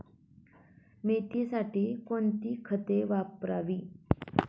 मेथीसाठी कोणती खते वापरावी?